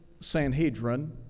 Sanhedrin